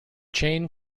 chain